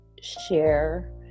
share